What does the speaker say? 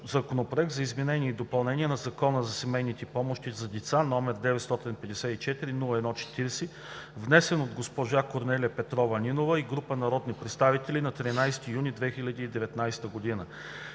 Законопроект за изменение и допълнение на Закона за семейни помощи за деца, № 954-01-40, внесен от госпожа Корнелия Петрова Нинова и група народни представители на 13 юни 2019 г.